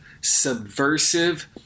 subversive